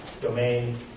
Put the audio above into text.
domain